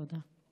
תודה.